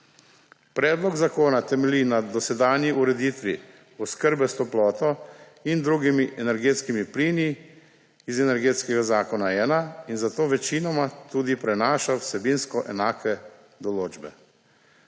Predlog zakona temelji na dosedanji ureditvi oskrbe s toploto in drugimi energetskimi plini iz Energetskega zakona-1 in zato večinoma tudi prenaša vsebinsko enake določbe.